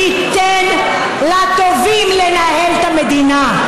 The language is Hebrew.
ניתן לטובים לנהל את המדינה.